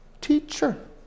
teacher